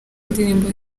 indirimbo